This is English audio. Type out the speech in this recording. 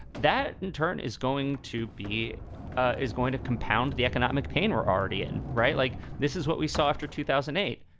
that in turn is going to be is going to compound the economic pain we're already in. right. like this is what we saw after two thousand and eight.